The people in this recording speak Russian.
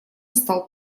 стал